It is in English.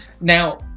Now